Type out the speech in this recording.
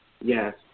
Yes